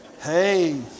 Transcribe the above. Hey